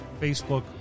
Facebook